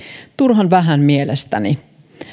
turhan vähän mielestäni